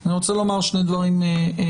אני רוצה לומר שני דברים בפתיחה.